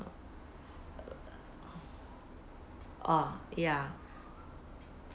ah ya